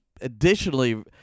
additionally